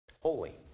holy